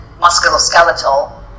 musculoskeletal